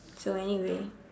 so anyway